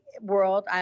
world